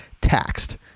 taxed